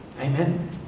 Amen